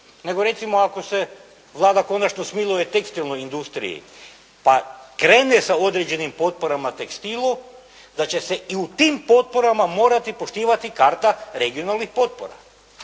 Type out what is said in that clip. nego recimo ako se Vlada konačno smiluje tekstilnoj industriji, pa krene s određenim potporama tekstilu, da će se i u tim potporama morati poštivati karta regionalnih potpora,